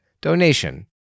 donation